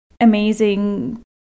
amazing